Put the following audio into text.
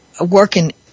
working